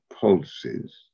pulses